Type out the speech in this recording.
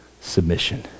submission